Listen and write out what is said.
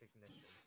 recognition